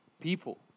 people